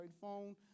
phone